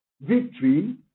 victory